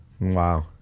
Wow